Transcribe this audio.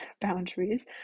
boundaries